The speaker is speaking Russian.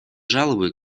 жалобы